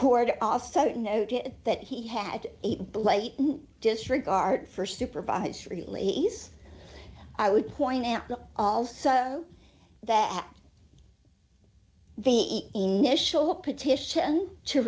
court also noted that he had eight blatant disregard for supervised release i would point to also that the initial petition to